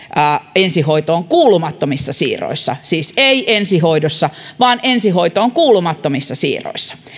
ensihoitoon kuulumattomissa siirroissa siis ei ensihoidossa vaan ensihoitoon kuulumattomissa siirroissa